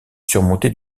surmonté